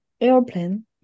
airplane